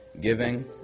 giving